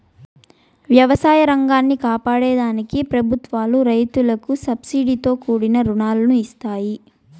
వ్యవసాయ రంగాన్ని కాపాడే దానికి ప్రభుత్వాలు రైతులకు సబ్సీడితో కూడిన రుణాలను ఇస్తాయి